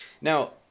Now